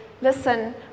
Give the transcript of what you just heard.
listen